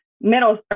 middle